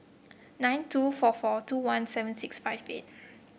nine two four four two one seven six five eight